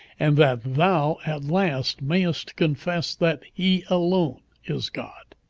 and that thou at last mayest confess that he alone is god